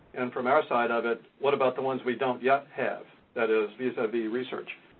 and from our side of it, what about the ones we don't yet have? that is, vis-a-vis, research.